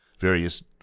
various